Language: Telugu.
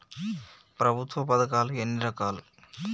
ప్రభుత్వ పథకాలు ఎన్ని రకాలు?